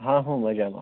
હા હું મજામાં